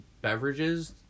beverages